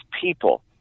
people